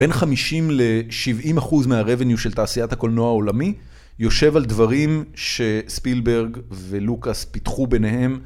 בין 50 ל-70 אחוז מהרבניו של תעשיית הקולנוע העולמי יושב על דברים שספילברג ולוקאס פיתחו ביניהם.